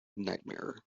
nightmare